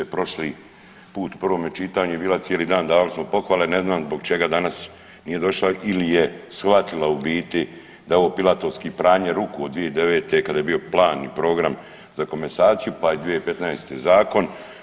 Prošli put u prvom čitanju je bila cijeli dan, dali smo pohvale, ne znam zbog čega danas nije došla ili je shvatila u biti da je ovo pilatorski pranje ruku od 2009. kada je bio plan i program za komasaciju, pa je 2015. zakon.